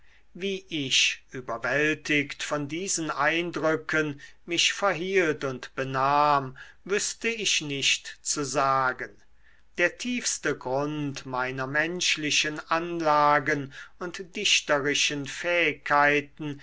wie ich überwältigt von diesen eindrücken mich verhielt und benahm wüßte ich nicht zu sagen der tiefste grund meiner menschlichen anlagen und dichterischen fähigkeiten